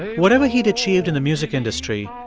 whatever he'd achieved in the music industry,